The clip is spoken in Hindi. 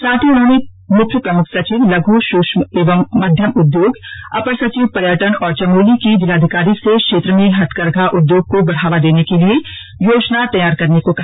साथ ही उन्होंने मुख्य प्रमुख सचिव लघु सूक्ष्म एवं मध्यम उद्योग अपर सचिव पर्यटन और चमोली की जिलाधिकारी से क्षेत्र में हथकरघा उद्योग को बढ़ावा देने के लिए योजना तैयार करने को कहा